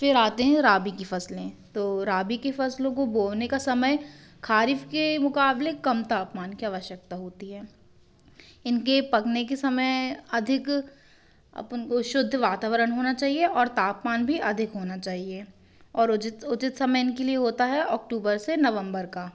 फिर आते है राबी की फसलें तो राबी की फसलों को बोने का समय खारीफ़ के मुकाबले कम तापमान की आवश्यकता होती है इनके पकाने के समय अधिक अपुन को शुद्ध वातावरण होना चाहिए और तापमान भी अधिक होना चाहिए और उचित उचित समय इनके लिए होता है ओक्टूबर से नवंबर का